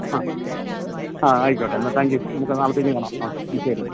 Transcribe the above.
ആ ആ ആയിക്കോട്ടെ എന്നാ താങ്ക്യൂ നമുക്ക് നാളത്തേക്ക് കാണാം ഓക്കെ ശരി